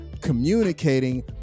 communicating